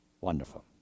Wonderful